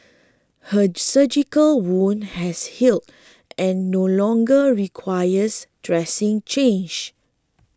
her surgical wound has healed and no longer requires dressing change